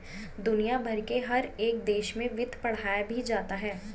दुनिया भर के हर एक देश में वित्त पढ़ाया भी जाता है